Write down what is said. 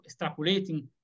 extrapolating